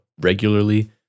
regularly